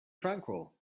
tranquil